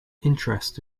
interest